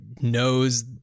knows